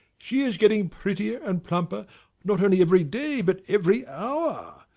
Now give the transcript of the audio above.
she is getting prettier and plumper not only every day, but every hour.